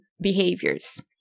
behaviors